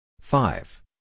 five